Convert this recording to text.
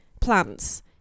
plants